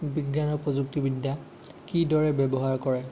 বিজ্ঞান আৰু প্ৰযুক্তি বিদ্যা কিদৰে ব্যৱহাৰ কৰে